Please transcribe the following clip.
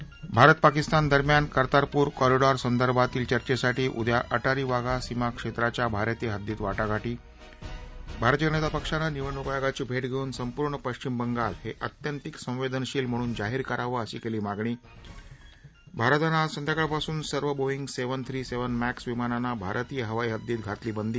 श भारत पाकिस्तान दरम्यान कर्तारपूर कॉरिडॉर संदर्भातील चर्चेसाठी उद्या अटारी वाघा सीमा क्षेत्राच्या भारतीय हद्दीत वाटाघाटी श्वभारतीय जनता पक्षानं निवडणूक आयोगाची भेट घेऊन संपूर्ण पश्चिम बंगाल हे अत्यंतिक संवेदनशील म्हणून जाहीर करावं अशी केली मागणी श्वभारतानं ही आज संध्याकाळ पासून सर्व Boeing seven three seven Max विमांनाना भारतीय हवाई हद्दीत घातली बंदी